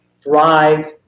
thrive